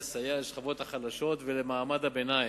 לסייע לשכבות החלשות ולמעמד הביניים.